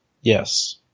Yes